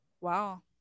Wow